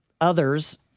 others